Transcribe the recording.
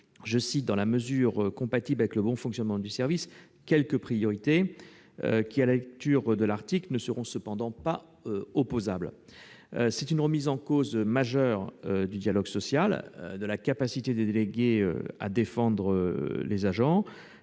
toute la mesure compatible avec le bon fonctionnement du service », quelques priorités, lesquelles, à la lecture de l'article, ne seront cependant pas opposables. Il s'agit d'une remise en cause majeure du dialogue social, de la capacité des délégués à défendre les agents